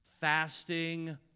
Fasting